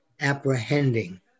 apprehending